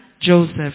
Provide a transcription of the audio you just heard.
Joseph